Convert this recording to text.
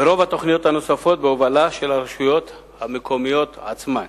ורוב התוכניות הנוספות בהובלה של הרשויות המקומיות עצמן.